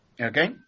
Okay